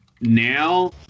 now